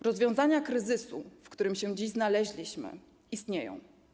Rozwiązania kryzysu, w którym się dziś znaleźliśmy, istnieją.